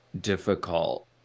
difficult